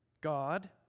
God